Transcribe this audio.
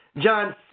John